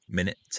Minute